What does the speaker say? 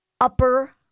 upper